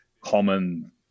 common